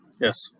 Yes